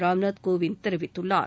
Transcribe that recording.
ராம்நாத் கோவிந்த் தெரிவித்துள்ளார்